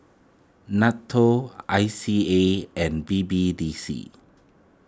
Nato I C A and B B D C